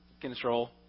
control